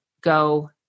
Go